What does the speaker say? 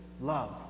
love